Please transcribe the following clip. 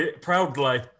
proudly